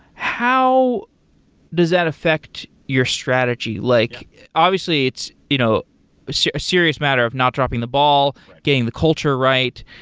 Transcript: how does that affect your strategy? like obviously, it's you know a serious matter of not dropping the ball, getting the culture right.